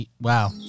wow